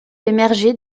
émerger